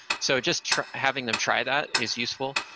so just try having them try that is useful,